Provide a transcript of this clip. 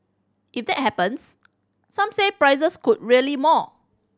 if that happens some said prices could rally more